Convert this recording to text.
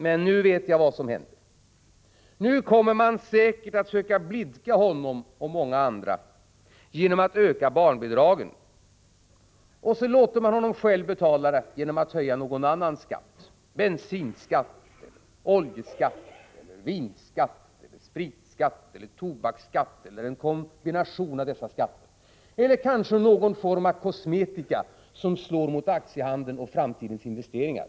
Men jag vet vad som händer. Man kommer säkert att söka blidka den här arbetaren och många andra genom att öka barnbidragen, och så låter man honom själv betala det hela genom att höja någon skatt: bensinskatt, oljeskatt, vinskatt, spritskatt, tobaksskatt eller en kombination av dessa skatter. Det kan också bli fråga om någon form av kosmetika, som slår mot aktiehandeln och framtidens investeringar.